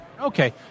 Okay